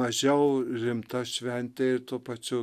mažiau rimta šventė ir tuo pačiu